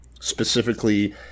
specifically